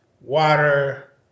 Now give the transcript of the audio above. water